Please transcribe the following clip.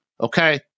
Okay